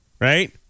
right